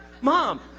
Mom